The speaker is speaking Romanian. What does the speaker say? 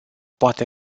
poate